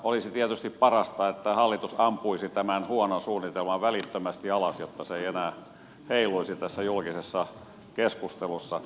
olisi tietysti parasta että hallitus ampuisi tämän huonon suunnitelman välittömästi alas jotta se ei enää heiluisi tässä julkisessa keskustelussa